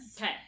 Okay